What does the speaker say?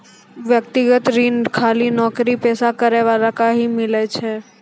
व्यक्तिगत ऋण खाली नौकरीपेशा वाला ही के मिलै छै?